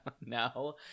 no